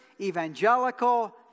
evangelical